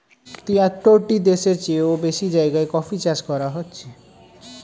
তিয়াত্তরটি দেশের চেও বেশি জায়গায় কফি চাষ করা হচ্ছে